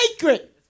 sacred